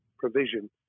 provision